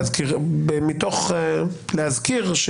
להזכיר,